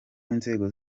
inzego